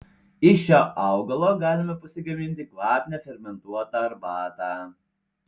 iš šio augalo galime pasigaminti kvapnią fermentuotą arbatą